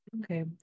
Okay